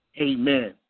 amen